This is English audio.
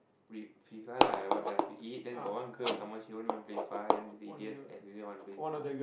we FIFA lah what else we eat then got one girl some more she won't even play FIFA then these idiots especially wanna play FIFA